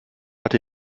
hatte